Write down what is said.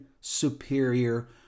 superior